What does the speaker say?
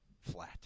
flat